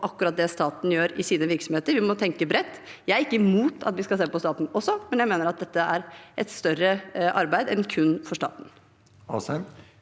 akkurat det staten gjør i sine virksomheter. Vi må tenke bredt. Jeg er ikke imot at vi skal se på staten også, men jeg mener at dette er et større arbeid enn kun for staten.